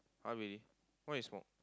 are we why you smoke